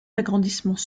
agrandissements